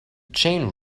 chain